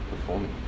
performing